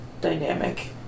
dynamic